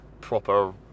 proper